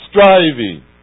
striving